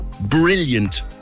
brilliant